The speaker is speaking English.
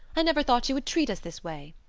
i never thought you would treat us this way.